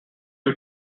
you